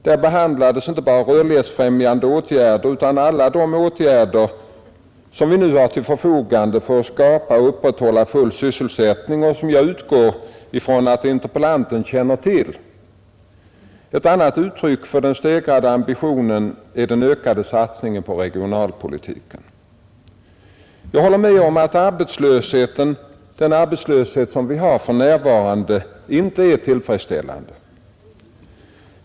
Där behandlades inte bara rörlighetsfrämjande åtgärder utan alla de åtgärder som vi nu har till förfogande för att skapa och upprätthålla full sysselsättning och som jag utgår från att interpellanten känner till. Ett annat uttryck för de stegrade ambitionerna är den ökade satsningen på regionalpolitiken. Jag håller med om att den arbetslöshet som vi har för närvarande inte är tillfredsställande.